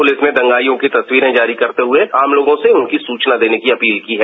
police ने दंगाइयों की तस्वीरें जारी करते हुए आम लोगों से उनकी सूचना देने की अपील की है